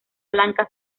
blanca